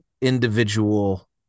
individual